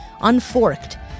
Unforked